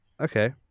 Okay